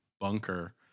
Bunker